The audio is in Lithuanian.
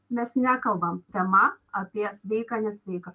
mes nekalbam tema apie sveika nesveika